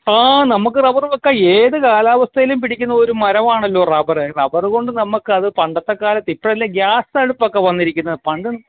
ആ നമുക്ക് റബ്ബറ് വെക്കാം ഏത് കാലാവസ്ഥയിലും പിടിക്കുന്ന ഒര് മരവാണല്ലോ റബ്ബറ് റബ്ബറ് കൊണ്ട് നമുക്കത് പണ്ടത്തെക്കാലത്ത് ഇപ്പഴല്ലേ ഗ്യാസ് അടുപ്പൊക്കെ വന്നിരിക്കുന്നത് പണ്ട്